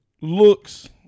Looks